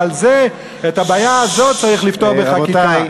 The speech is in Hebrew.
ואת הבעיה הזאת צריך לפתור בחקיקה.